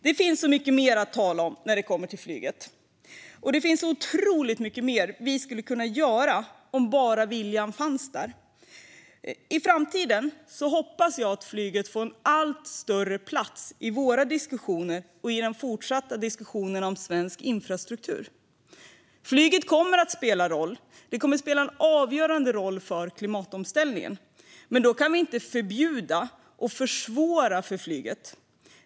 Det finns så mycket mer att tala om när det kommer till flyget, och det finns så otroligt mycket mer vi skulle kunna göra om bara viljan fanns. Jag hoppas att flyget i framtiden får en allt större plats i våra diskussioner och i de fortsatta diskussionerna om svensk infrastruktur. Flyget kommer att spela en avgörande roll i klimatomställningen, men då kan vi inte förbjuda och försvåra för flyget.